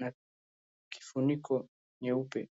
na kifuniko nyeupe.